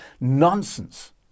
nonsense